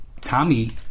Tommy